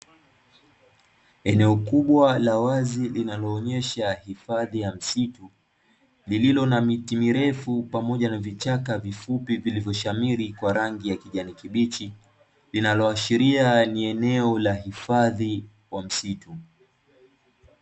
Eneo kubwa la wazi linalo onesha hifadhi ya msitu, lililo na miti mirefu, pamoja na vichaka vifupi vilivyo shamiri kwa rangi ya kijani kibichi, linalo ashiria ni eneo la hifadhi wa msitu.